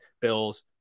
Bills